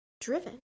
driven